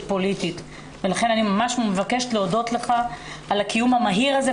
פוליטית ולכן אני ממש מבקשת להודות לך על הקיום המהיר הזה,